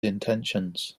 intentions